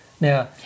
Now